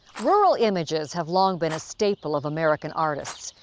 rural images have long been a staple of american artists.